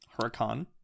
Huracan